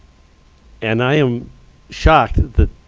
and i am shocked that